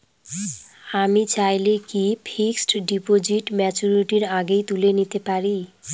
আমি চাইলে কি ফিক্সড ডিপোজিট ম্যাচুরিটির আগেই তুলে নিতে পারি?